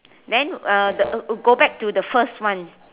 then uh the go back to the first one